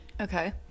okay